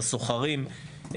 הסוחרים,